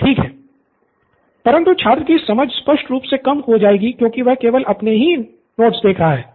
नितिन परंतु छात्र की समझ स्पष्ट रूप से कम हो जाएगी क्योंकि वह केवल अपने नोट्स ही देख रहा है